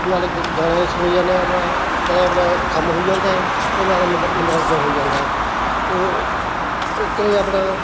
ਅਤੇ ਨਾਲੇ ਗਾਣੇ ਸੁਣੀ ਜਾਂਦੇ ਹਾਂ ਆਪਣਾ ਨਾਲੇ ਆਪਣਾ ਕੰਮ ਹੋਈ ਜਾਂਦਾ ਅਤੇ ਨਾਲੇ ਮੰਨੋਰੰਜਨ ਹੋਈ ਜਾਂਦਾ ਹੈ ਅਤੇ ਐਕਣੇ ਹੀ ਆਪਣਾ